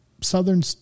southern